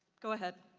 go ahead.